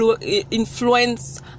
influence